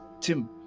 Tim